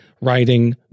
writing